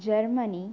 Germany